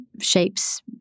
Shapes